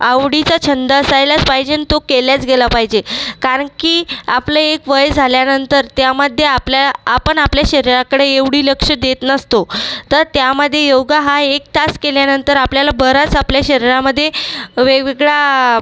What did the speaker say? आवडीचा छंद असायलाच पाहिजे तो केलाच गेला पाहिजे कारण की आपले एक वय झाल्यानंतर त्यामध्ये आपल्या आपण आपल्या शरीराकडे एवढी लक्ष देत नसतो तर त्यामध्ये योगा हा एक तास केल्यानंतर आपल्याला बराच आपल्या शरीरामध्ये वेगवेगळा